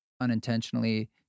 unintentionally